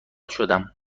شدم